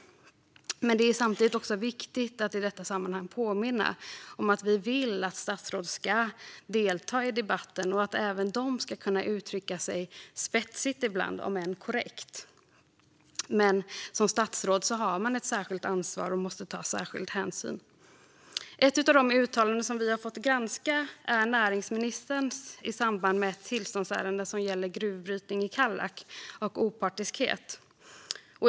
Det är samtidigt också viktigt att i detta sammanhang påminna om att vi vill att statsråd ska delta i debatten och att även de ska kunna uttrycka sig spetsigt ibland, om än korrekt. Men som statsråd har man ett särskilt ansvar och måste ta särskild hänsyn. Ett av de uttalanden som vi har fått granska är näringsministerns uttalande i samband med ett tillståndsärende som gäller gruvbrytning i Kallak och opartiskhet.